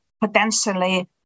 potentially